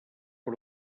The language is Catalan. per